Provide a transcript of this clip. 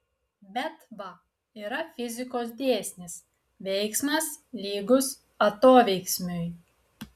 bet va yra fizikos dėsnis veiksmas lygus atoveiksmiui